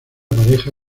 pareja